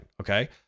okay